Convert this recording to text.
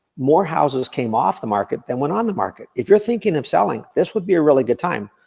more houses came off the market, than went on the market. if you're thinking of selling, this would be a really good time.